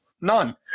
None